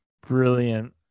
Brilliant